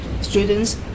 students